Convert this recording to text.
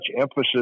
emphasis